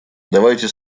давайте